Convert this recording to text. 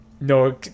No